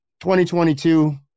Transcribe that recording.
2022